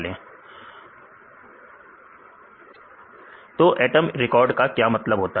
तो सब आज यहां की एटम रिकॉर्ड का क्या मतलब होता है